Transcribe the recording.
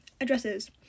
addresses